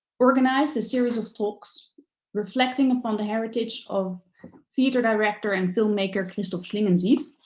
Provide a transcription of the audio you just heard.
organized a series of talks reflecting upon the heritage of theater director and film maker, christoph schlingensief.